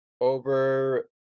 over